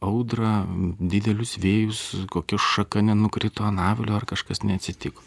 audrą didelius vėjus kokia šaka nenukrito ant avilio ar kažkas neatsitiko